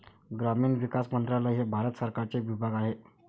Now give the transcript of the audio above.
ग्रामीण विकास मंत्रालय हे भारत सरकारचे विभाग आहे